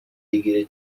بگیره